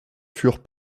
furent